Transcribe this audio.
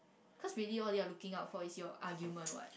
cause believe all they're looking out for is your argument what